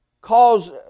cause